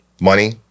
money